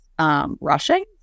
rushing